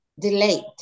Delayed